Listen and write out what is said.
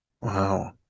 Wow